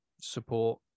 support